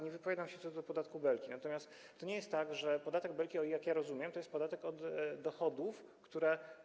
Nie wypowiadam się co do podatku Belki, natomiast to nie jest tak, że... Podatek Belki, jak rozumiem, to jest podatek od dochodów, które.